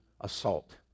assault